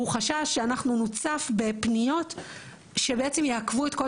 הוא חשש שאנחנו נוצף בפניות שיעכבו את כל